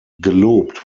gelobt